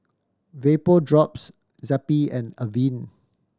Vapodrops Zappy and Avene